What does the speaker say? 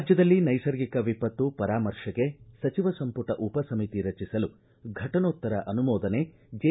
ರಾಜ್ಞದಲ್ಲಿ ನೈಸರ್ಗಿಕ ವಿಪತ್ತು ಪರಾಮರ್ಶೆಗೆ ಸಚಿವ ಸಂಪುಟ ಉಪ ಸಮಿತಿ ರಚಿಸಲು ಫಟನೋತ್ತರ ಅನುಮೋದನೆ ಜೆ